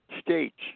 states